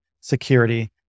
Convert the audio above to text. security